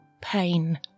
pain